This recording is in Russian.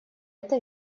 это